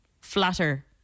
flatter